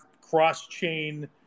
cross-chain